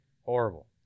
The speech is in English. horrible